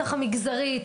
בטח המגזרית.